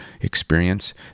experience